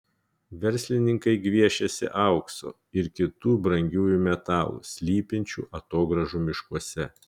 verslininkai gviešiasi aukso ir kitų brangiųjų metalų slypinčių atogrąžų miškuose